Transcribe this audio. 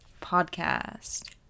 Podcast